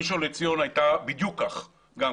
ראשון לציון הייתה בדיוק כך ולא